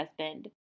husband